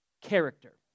character